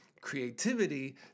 creativity